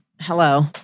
Hello